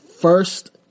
first